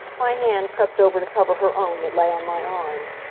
my hand crept over to cover her own that lay on my arm.